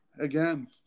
again